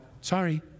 Sorry